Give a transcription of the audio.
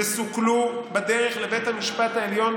סתם את הדרך בפני משפטנים בסדר הגודל הזה,